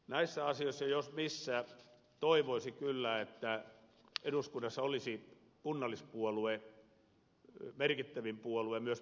näissä asioissa jos missä toivoisi kyllä että eduskunnassa olisi kunnallispuolue merkittävin puolue myös päätöksenteossa